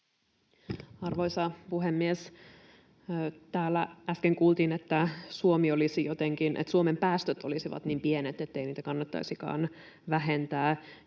Arvoisa puhemies! Täällä äsken kuultiin, että Suomen päästöt olisivat niin pienet, ettei niitä kannattaisikaan vähentää.